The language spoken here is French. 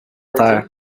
terre